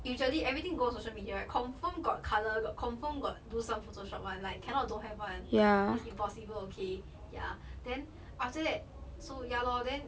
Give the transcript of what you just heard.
usually everything go social media right confirm got colour got confirm got do some photoshop [one] like cannot don't have [one] it's impossible okay ya then after that so ya lor then